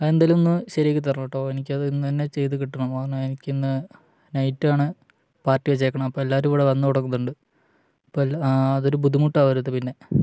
ആ എന്തെങ്കിലുമൊന്ന് ശരിയാക്കിത്തരണം കേട്ടോ എനിക്കത് ഇന്നുതന്നെ ചെയ്തു കിട്ടണം കാരണം എനിക്കിന്ന് നൈറ്റാണ് പാർട്ടി വെച്ചിരിക്കുന്നത് അപ്പോള് എല്ലാവരും ഇവിടെ വന്നു തുടങ്ങുന്നുണ്ട് അതൊരു ബുദ്ധിമുട്ടാകാരുത് പിന്നെ